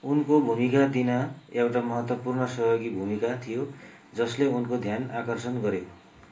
उनको भूमिका दिन एउटा महत्त्वपूर्ण सहयोगी भूमिका थियो जसले उनको ध्यान आकर्षण गऱ्यो